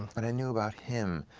but i knew about him,